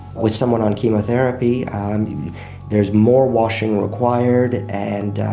with someone on chemotherapy there is more washing required and